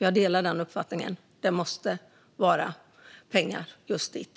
Jag delar uppfattningen att pengar måste gå just dit.